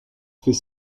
fait